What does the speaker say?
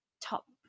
top